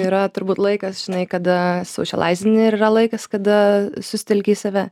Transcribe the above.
yra turbūt laikas žinai kada saušelaizini ir yra laikas kada susitelki į save